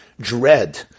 dread